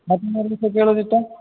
ಮತ್ತೆ ಇನ್ನು ವಿಷಯ ಕೇಳೋದಿತ್ತಾ